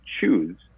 choose